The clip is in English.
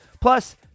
Plus